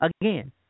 again